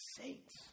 saints